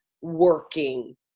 working